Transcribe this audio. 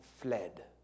fled